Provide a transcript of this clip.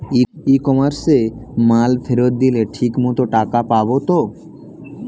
ই কমার্সে মাল ফেরত দিলে ঠিক মতো টাকা ফেরত পাব তো?